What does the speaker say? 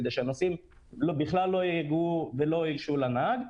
כדי שהנוסעים בכלל לא ייגשו לנהג.